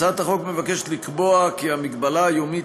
הצעת החוק מבקשת לקבוע כי המגבלה היומית